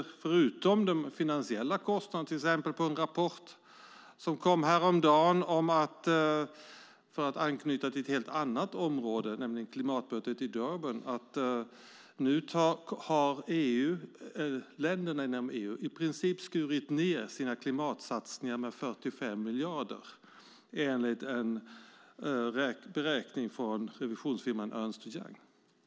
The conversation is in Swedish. Förutom på de finansiella kostnaderna tänker jag till exempel på vad som framkom i en rapport som kom häromdagen - detta anknyter till ett helt annat område, nämligen klimatmötet i Durban - nämligen att EU-länderna i princip har skurit ned sina klimatsatsningar med 45 miljarder enligt en beräkning från revisionsfirman Ernst & Young.